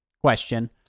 question